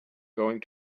going